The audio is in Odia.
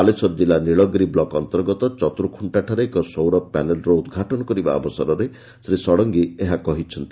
ବାଲେଶ୍ୱର ଜିଲ୍ଲା ନୀଳଗିରି ବ୍ଲକ୍ ଅନ୍ତର୍ଗତ ଚତୁରଖୁଙ୍କାଠାରେ ଏକ ସୌର ପ୍ୟାନେଲ୍ର ଉଦ୍ଘାଟନ କରିବା ଅବସରରେ ଶ୍ରୀ ଷଡ଼ଙଗୀ ଏହା କହିଛନ୍ତି